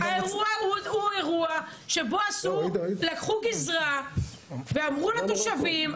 האירוע הוא אירוע שבו לקחו גזרה ואמרו לתושבים,